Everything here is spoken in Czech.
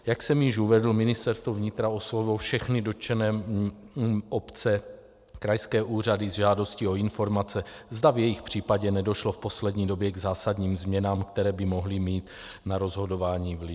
Jak jsem již uvedl, Ministerstvo vnitra oslovilo všechny dotčené obce, krajské úřady, s žádostí o informace, zda v jejich případě nedošlo v poslední době k zásadním změnám, které by mohly mít na rozhodování vliv.